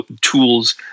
tools